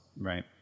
Right